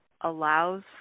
allows